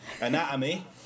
Anatomy